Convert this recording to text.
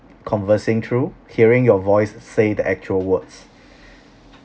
conversing through hearing your voice say the actual words